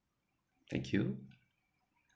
thank you